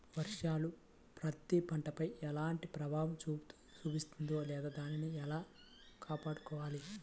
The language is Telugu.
వర్షాలు పత్తి పంటపై ఎలాంటి ప్రభావం చూపిస్తుంద లేదా దానిని ఎలా కాపాడుకోవాలి?